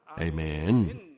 Amen